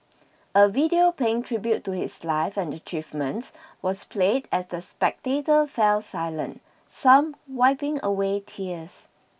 a video paying tribute to his life and achievements was played as the spectators fell silent some wiping away tears